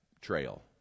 trail